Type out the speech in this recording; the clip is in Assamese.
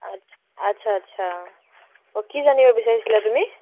আচ্ছা আচ্ছা অ কি জানিব বিচাৰিছিলা তুমি